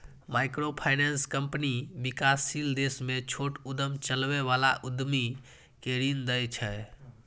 microfinance company विकासशील देश मे छोट उद्यम चलबै बला उद्यमी कें ऋण दै छै